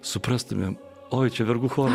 suprastumėm oi čia vergų choro